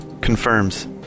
confirms